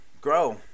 grow